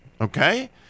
okay